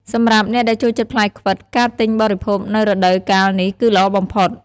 សម្រាប់អ្នកដែលចូលចិត្តផ្លែខ្វិត ការទិញបរិភោគនៅរដូវកាលនេះ គឺល្អបំផុត។